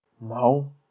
No